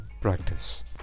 practice